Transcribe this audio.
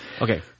Okay